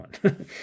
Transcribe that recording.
one